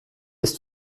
ist